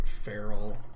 feral